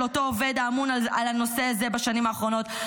אותו עובד האמון על הנושא הזה בשנים האחרונות,